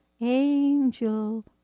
Angel